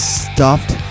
stuffed